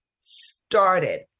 started